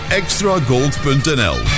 extragold.nl